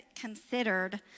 considered